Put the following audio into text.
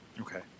Okay